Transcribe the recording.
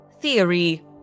Theory